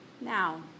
Now